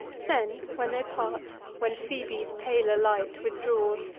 then, when they part, when phoebe's paler light withdraws,